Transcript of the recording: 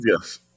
Yes